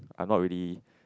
I'm not really